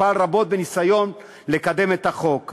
שפעל רבות בניסיון לקדם את החוק.